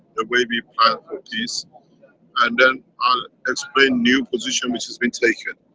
a way we planned for peace and then i'll explain new position which has been taken.